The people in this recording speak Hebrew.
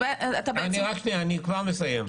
רק שנייה, אני כבר מסיים.